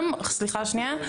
וגם, סליחה שנייה.